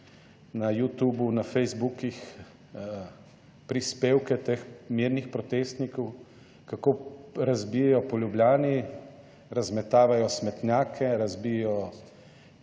na Youtubu, na Facebookih prispevke teh mirnih protestnikov, kako razbijajo po Ljubljani, razmetavajo smetnjake, razbijejo